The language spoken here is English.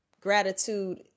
gratitude